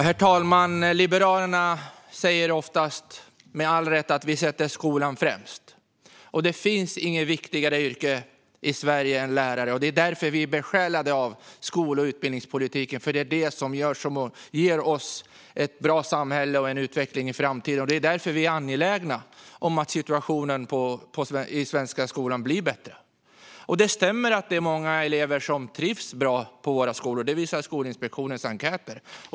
Herr talman! Liberalerna säger oftast, med all rätt, att vi sätter skolan främst. Det finns inget viktigare yrke i Sverige än läraryrket. Därför är vi besjälade av skol och utbildningspolitiken. Det är det som leder ett bra samhälle och en utveckling i framtiden. Det är därför vi är angelägna om att situationen i svensk skola ska bli bättre. Det stämmer att många elever trivs bra i våra skolor. Det visar Skolinspektionens enkäter.